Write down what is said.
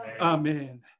Amen